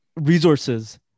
resources